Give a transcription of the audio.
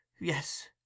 Yes